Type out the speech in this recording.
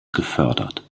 gefördert